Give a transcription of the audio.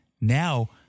Now